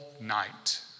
night